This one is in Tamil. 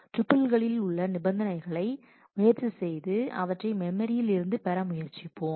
டூப்பிள்களில் உள்ள பிற நிபந்தனைகளை முயற்சி செய்து அவற்றை மெமரியில் இருந்து பெற முயற்சிப்போம்